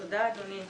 תודה, אדוני.